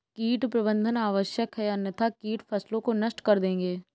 कीट प्रबंधन आवश्यक है अन्यथा कीट फसलों को नष्ट कर देंगे